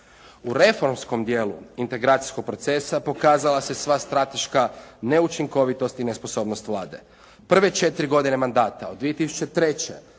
U reformskom dijelu integracijskog procesa pokazala se sva strateška neučinkovitost i nesposobnost Vlade. Prve 4 godine mandata od 2003.